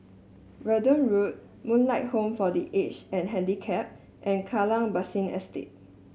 Verdun Road Moonlight Home for The Aged and Handicapped and Kallang Basin Estate